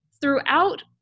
throughout